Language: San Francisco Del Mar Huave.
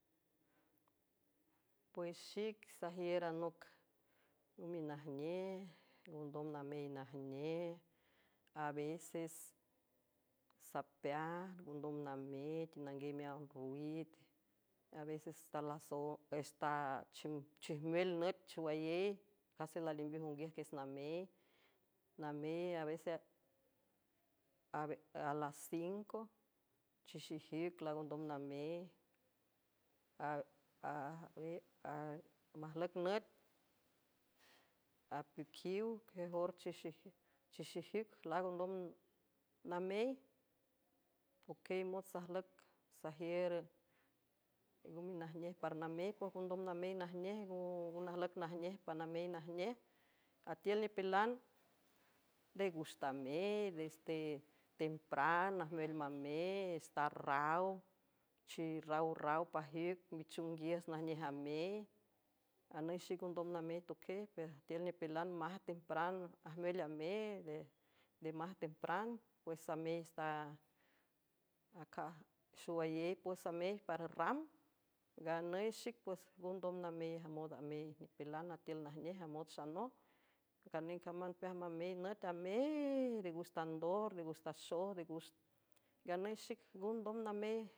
Pues xic sajiür anoc güminajnej ngondom namey najnej aveces sapean ngondom namey tenanguey miáw ruid aveces tachijmül nüt xhowayey case lalimbij onguiüj quies namey amey avealas cinco chixejic laangondom namey majlüc nüt apuiquiw quiejor chexejic laag ondom namey poquey mot sajlüc sajiür ngüminajnej par namey pues ngondom namey najnej ngo najlüc najnej panamey najnej atiül nipilan de guxtamey des te tempran ajmeel mamey star raw chirraw raw pajic michanguiiüs najnej amey ganüy xic ondom namey toquiey per atiül nipilan majrajmel amey de maj tempran pues samey axowayey pues samey par ram nganüy xic pues ngo ndom namey amod amey nipilan atiül najneej amot xanoj ganecamban pueaj mamey nüt amej de gux tandor nde guxtaxoj de gux nganüy xic ngo ndom namey.